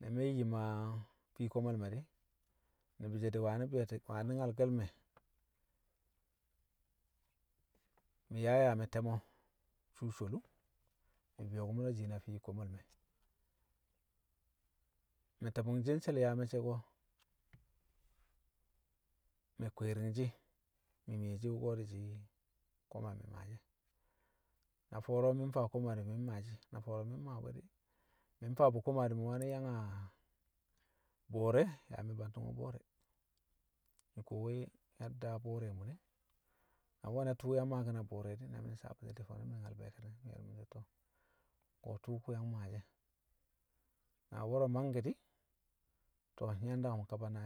Na me̱ yim a fii komal me̱ di̱, ni̱bi̱ she̱ di̱ wani̱ be̱e̱to̱ di̱- wani̱ nyalke̱l me̱, mi̱ yaa yaa mi̱ te̱mo̱ sṵṵ sholi wṵ mi̱ bi̱yo̱kṵmo̱ di̱shi̱n a fii komal me̱. Mi̱ te̱bu̱ngshi̱ nshe̱l yaa me̱cce̱ ko̱, mi̱ kwi̱i̱ri̱ng shi̱, mi̱ miyeshi, wṵko̱ di̱shi̱ ko̱ma mi̱ maashi̱ e̱. Na fo̱o̱ro̱ mi̱ mfaa koma di̱, mi̱ mmaa shi̱, na fo̱o̱ro̱ mi̱ mmaa bu̱ e̱ di̱, mi̱ nfaa bṵ koma di̱ mi̱ waani̱ yang a bo̱o̱re̱ yaa mi̱ banti̱ngo̱ bo̱o̱rẹ mi̱ kuwowe yadda bo̱o̱rẹ a mun e. Na we̱ na tṵṵ yang maaki̱n a bo̱o̱re̱ di̱ na mi̱ nsawe̱ bṵti̱ fo̱no̱ mi̱ nyal be̱e̱kati̱ng be̱ mi̱ ye̱r mi̱ so̱ to̱, ko̱ tṵṵ kṵ yang maashi̱ e̱ na wo̱ro̱ mangke di̱, to̱ nyi̱ yang dakṵm kaba na